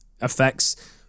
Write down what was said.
affects